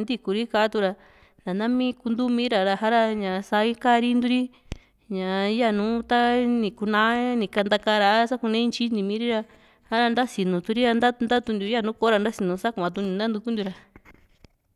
ntiku ri katuura ntanami kuntumi ra sa´ra sa kari inturi ñaa yanu ta ni k,uu´na ni kantakara sakune intyi ini miiri ra ha´ra ntasinu tuuri ra ntatuntiu ko´ra ntasinu sa kuatukuntiu nantuku ntuira